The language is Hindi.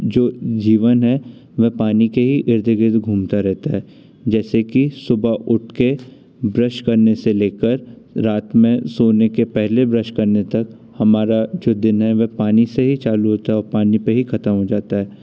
जो जीवन है वह पानी के ही इर्द गिर्द घूमता रहता हैं जैसे कि सुबह उठ के ब्रश करने से लेकर रात में सोने के पहले ब्रश तक हमारा जो दिन है वे पानी से ही चालू होता है और पानी पे ही खत्म हो जाता है